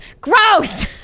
Gross